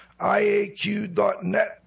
iaq.net